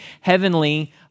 heavenly